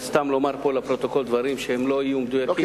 סתם לומר פה לפרוטוקול דברים שלא יהיו מדויקים,